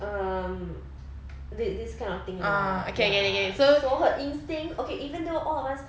um this this kind of thing ah ya so her instinct okay even though all of us